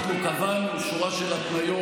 קבענו שורה של התניות,